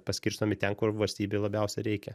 paskirstomi ten kur valstybei labiausiai reikia